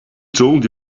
told